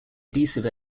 adhesive